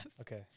Okay